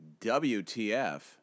WTF